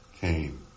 came